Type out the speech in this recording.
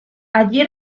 allí